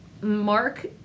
Mark